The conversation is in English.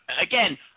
again